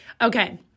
Okay